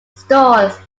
stores